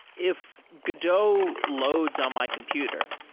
if godot loads on my computer,